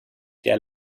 der